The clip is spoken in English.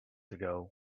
ago